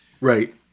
Right